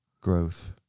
Growth